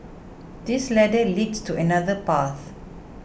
this ladder leads to another path